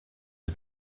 are